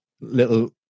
little